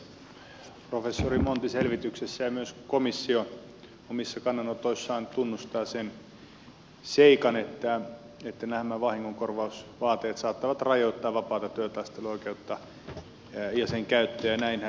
professori montin selvityksessä ja myös komission omissa kannanotoissa tunnustetaan se seikka että nämä vahingonkorvausvaateet saattavat rajoittaa vapaata työtaisteluoikeutta ja sen käyttöä ja näinhän se on